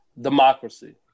democracy